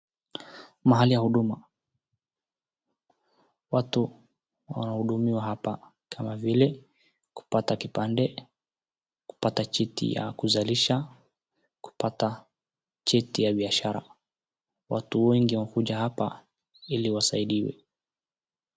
Mahali ya huduma, watu wanahudumiwa hapa kama vile kupata kipande, kupata cheti ya kuzalisha, kupata cheti ya biashara, watu wengi wamekuja hapa ili wasaidiwe.